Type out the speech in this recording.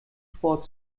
sport